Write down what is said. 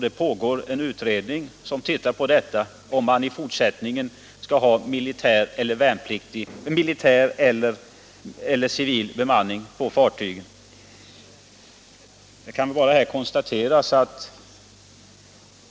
Det pågår en utredning, som undersöker om man i fortsättningen bör ha militär eller civil bemanning på sådana fartyg.